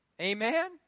Amen